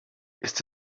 ist